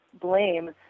blame